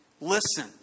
listen